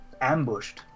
ambushed